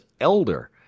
Elder